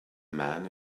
man